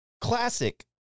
classic